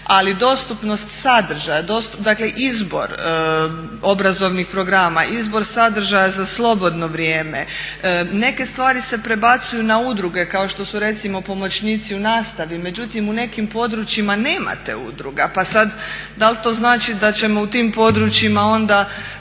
ali dostupnost sadržaja, dakle izbor obrazovnih programa, izbor sadržaja za slobodno vrijeme. Neke stvari se prebacuju na udruge kao što su recimo pomoćnici u nastavi, međutim u nekim područjima nemate udruga pa sada dal to znači da ćemo u tim područjima odustati